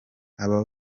aba